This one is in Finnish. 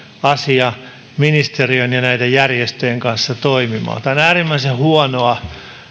asia ministeriön ja näiden järjestöjen kanssa toimimaan tämä on äärimmäisen huonoa